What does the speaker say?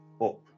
up